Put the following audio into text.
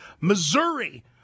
Missouri